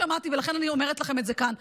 ולכן אני אומרת לכם את זה כאן,